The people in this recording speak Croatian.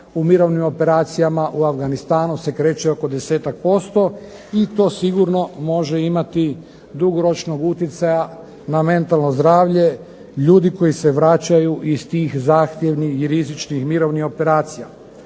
u mirovnim operacijama u Afganistanu se kreće oko 10% i to sigurno može imati dugoročnog utjecaja na mentalno zdravlje ljudi koji se vraćaju iz tih zahtjevnih i rizičnih mirovnih operacija.